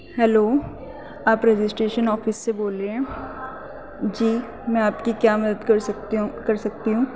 hello آپ registration office سے بول رہے ہیں جی میں آپ کی کیا مدد کر سکتی ہوں کر سکتی ہوں